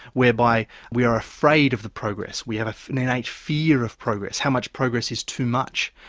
whereby we are afraid of the progress, we have an innate fear of progress, how much progress is too much.